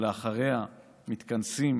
שלאחריה מתכנסים